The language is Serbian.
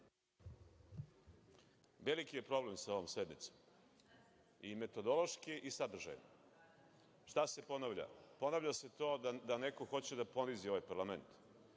Veliki je problem sa ovom sednicom, i metodološki i sadržajni. Šta se ponavlja? Ponavlja se to da neko hoće da ponizi ovaj parlament,